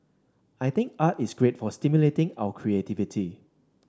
I think art is great for stimulating our creativity